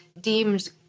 deemed